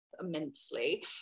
Immensely